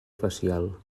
facial